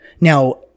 Now